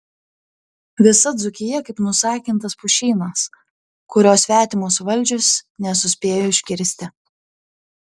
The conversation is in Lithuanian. visa dzūkija kaip nusakintas pušynas kurio svetimos valdžios nesuspėjo iškirsti